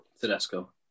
Tedesco